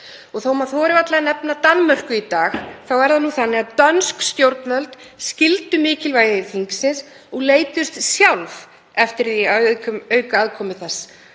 Þó að maður þori varla að nefna Danmörku í dag þá er það nú þannig að dönsk stjórnvöld skildu mikilvægi þingsins og leituðust sjálf við að auka aðkomu þess,